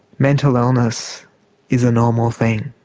mental illness is a normal thing.